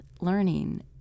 learning